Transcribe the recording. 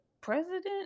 president